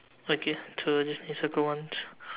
okay so just need to circle once